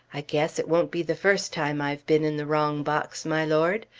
i guess, it won't be the first time i've been in the wrong box, my lord.